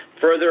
further